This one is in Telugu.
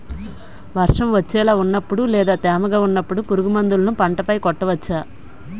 వర్షం వచ్చేలా వున్నపుడు లేదా తేమగా వున్నపుడు పురుగు మందులను పంట పై కొట్టవచ్చ?